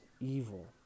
evil